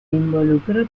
involucró